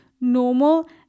normal